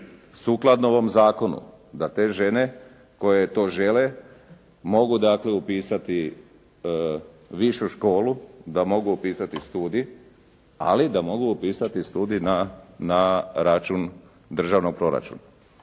sukladno ovom zakonu, da te žene koje to žele mogu dakle upisati višu školu, da mogu upisati studij, ali da mogu upisati studij na račun državnog proračuna?